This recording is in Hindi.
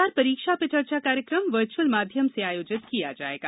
इस बार परीक्षा पे चर्चा कार्यक्रम वर्चुअल माध्यम से आयोजित किया जाएगा